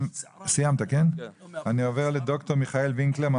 אני עובר לד"ר מיכאל וינקלר,